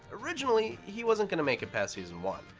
originally, he wasn't gonna make it past season one.